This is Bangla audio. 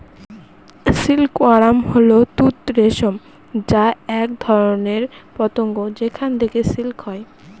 সিল্ক ওয়ার্ম হল তুঁত রেশম যা এক ধরনের পতঙ্গ যেখান থেকে সিল্ক হয়